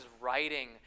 writing